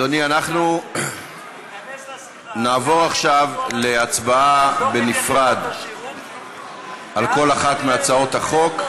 אנחנו נעבור עכשיו להצבעה בנפרד על כל אחת מהצעות החוק.